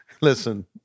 Listen